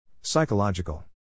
Psychological